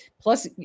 Plus